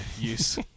use